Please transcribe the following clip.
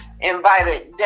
invited